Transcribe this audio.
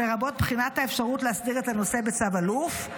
לרבות בחינת האפשרות להסדיר את הנושא בצו אלוף.